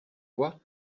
quoi